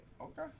Okay